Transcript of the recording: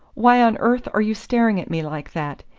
why on earth are you staring at me like that?